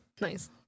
nice